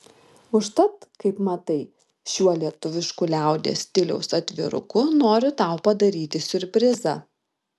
užtat kaip matai šiuo lietuvišku liaudies stiliaus atviruku noriu tau padaryti siurprizą